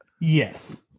Yes